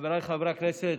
חבריי חברי הכנסת,